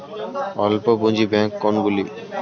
অল্প পুঁজি ব্যাঙ্ক কোনগুলি?